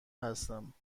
هستم